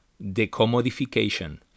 decommodification